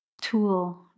tool